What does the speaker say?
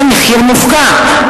זה מחיר מופקע.